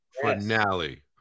finale